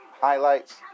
highlights